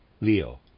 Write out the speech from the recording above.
Leo